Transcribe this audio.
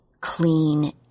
clean